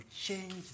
change